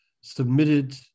submitted